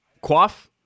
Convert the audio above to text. Quaff